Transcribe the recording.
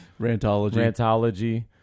Rantology